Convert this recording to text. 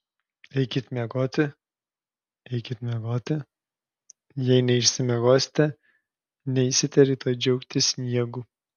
eikit miegoti eikit miegoti jei neišsimiegosite neisite rytoj džiaugtis sniegu